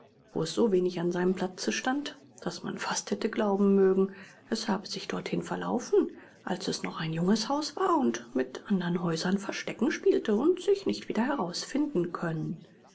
wo es so wenig an seinem platze stand daß man fast hätte glauben mögen es habe sich dorthin verlaufen als es noch ein junges haus war und mit andern häusern versteckens spielte und sich nicht wieder herausfinden können